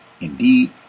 Indeed